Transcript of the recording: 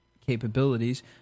capabilities